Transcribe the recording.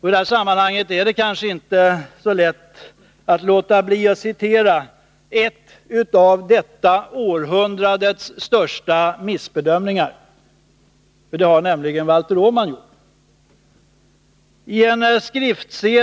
I detta sammanhang är det inte så lätt att låta bli att återge en av detta århundrades största missbedömningar, gjord av Valter Åman.